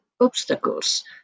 obstacles